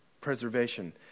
preservation